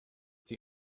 sie